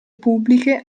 pubbliche